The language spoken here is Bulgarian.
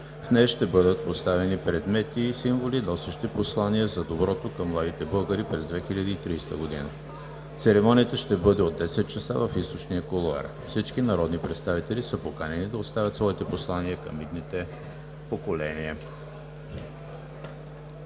В нея ще бъдат поставени предмети и символи, носещи послания за доброто към младите българи през 2030 г. Церемонията ще бъде от 10,00 ч. в източния кулоар. Всички народни представители са поканени да оставят своите послания към идните поколения.